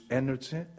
energy